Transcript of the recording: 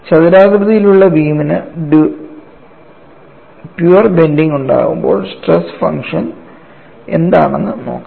ചതുരാകൃതിയിലുള്ള ബീമിനു pure bending ഉണ്ടാകുമ്പോൾ സ്ട്രെസ് ഫംഗ്ഷൻ എന്താണെന്ന് നോക്കാം